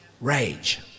Rage